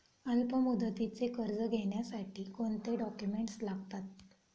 अल्पमुदतीचे कर्ज घेण्यासाठी कोणते डॉक्युमेंट्स लागतात?